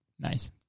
nice